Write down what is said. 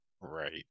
right